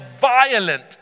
violent